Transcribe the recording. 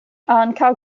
ankaŭ